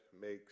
makes